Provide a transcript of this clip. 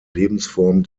lebensform